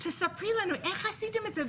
תספרי לנו איך עשיתם את זה.